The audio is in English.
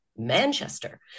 Manchester